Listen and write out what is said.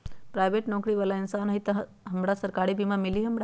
Private नौकरी बाला इंसान हई त हमरा सरकारी बीमा मिली हमरा?